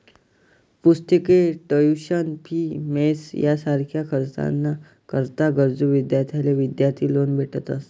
पुस्तके, tuition fee, mess यासारखा खर्च ना करता गरजू विद्यार्थ्यांसले विद्यार्थी लोन भेटस